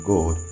God